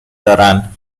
دارن